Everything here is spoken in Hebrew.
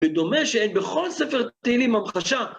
ודומה שאין בכל ספר תהילים המחשה.